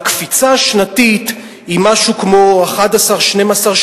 הקפיצה השנתית היא משהו כמו 13%-12%-11%,